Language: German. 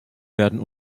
werden